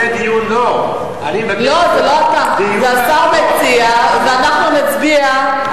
אני רוצה, זה לא אתה אלא השר, ואנחנו נצביע.